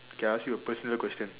kay I ask you a personal question